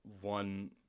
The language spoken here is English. one